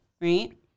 right